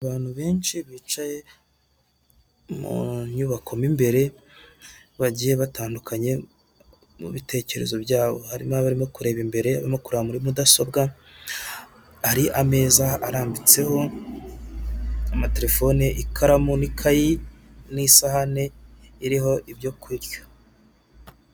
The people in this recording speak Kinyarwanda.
Abantu benshi bicaye mu nyubako mu imbere bagiye batandukanye mu bitekerezo byabo, harimo abarimo kureba imbere, abarimo kureba muri mudasobwa. Hari ameza arambitseho amaterefone, ikaramu n'ikayi n'isahani iriho ibyo kurya.